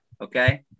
Okay